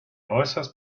äußerst